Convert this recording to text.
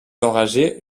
enragés